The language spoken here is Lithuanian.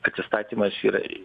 atsistatymas yra